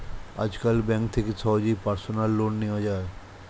আজকাল ব্যাঙ্ক থেকে সহজেই পার্সোনাল লোন নেওয়া যায়